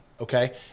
okay